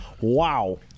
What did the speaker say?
wow